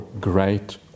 great